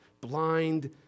blind